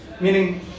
Meaning